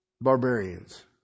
barbarians